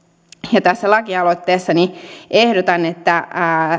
tässä lakialoitteessani ehdotan että